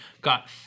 got